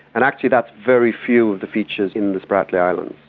and actually that's very few of the features in the spratly islands.